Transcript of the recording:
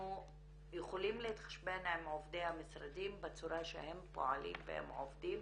אנחנו יכולים להתחשבן עם עובדי המשרדים בצורה שהם פועלים ועובדים